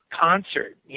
concert